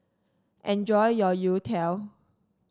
enjoy your youtiao